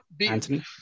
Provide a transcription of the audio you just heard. Anthony